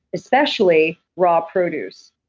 especially raw produce.